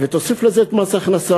ותוסיף לזה את מס הכנסה,